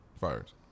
Fires